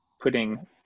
putting